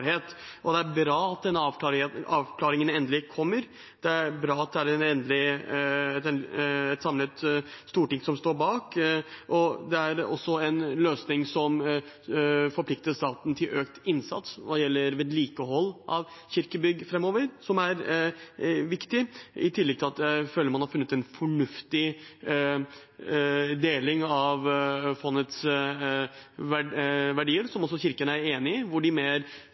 god og viktig forutsigbarhet. Det er bra at denne avklaringen endelig kommer. Det er bra at det er et samlet storting som står bak. Det er også en løsning som forplikter staten til økt innsats hva gjelder vedlikehold av kirkebygg framover, noe som er viktig. I tillegg føler jeg at man har funnet en fornuftig deling av fondets verdier, noe også Kirken er enig i, der de byggene som brukes nesten daglig av Kirken, får en mer